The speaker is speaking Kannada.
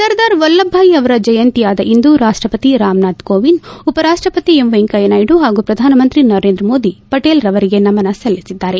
ಸರ್ದಾರ್ ವಲ್ಲಾಭಭಾಯ್ ಅವರ ಜಯಂತಿಯಾದ ಇಂದು ರಾಷ್ಲಪತಿ ರಾಮನಾಥ ಕೋವಿಂದ್ ಉಪರಾಷ್ಲಪತಿ ಎಂ ವೆಂಕಯ್ಹನಾಯ್ನು ಹಾಗೂ ಪ್ರಧಾನಮಂತ್ರಿ ನರೇಂದ್ರ ಮೋದಿ ಪಟೇಲ್ ಅವರಿಗೆ ನಮನ ಸಲ್ಲಿಸಿದ್ದಾರೆ